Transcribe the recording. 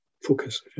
Focus